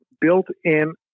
built-in